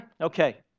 okay